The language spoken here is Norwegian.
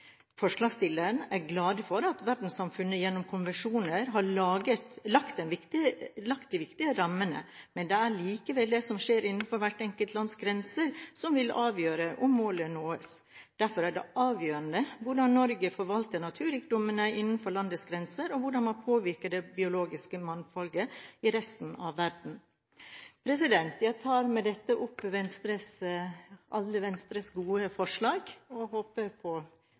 er glad for at verdenssamfunnet gjennom konvensjonen har laget et viktig rammeverk, men det er likevel det som skjer innenfor hvert enkelt lands grenser, som vil avgjøre om målet nås. Derfor er det avgjørende hvordan Norge forvalter naturrikdommen innenfor landets grenser, og hvordan man påvirker det biologiske mangfoldet i resten av verden. Jeg viser til alle Venstres gode forslag i dokumentet og håper på